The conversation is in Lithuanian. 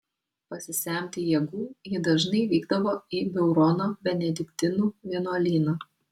pasisemti jėgų ji dažnai vykdavo į beurono benediktinų vienuolyną